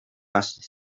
acid